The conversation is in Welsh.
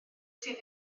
sydd